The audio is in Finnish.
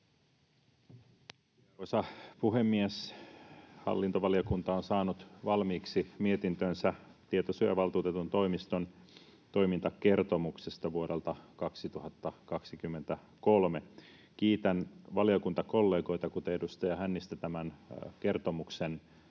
puhemies! Hallintovaliokunta on saanut valmiiksi mietintönsä tietosuojavaltuutetun toimiston toimintakertomuksesta vuodelta 2023. Kiitän valiokuntakollegoita, kuten edustaja Hännistä, tämän kertomuksen